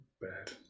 Bad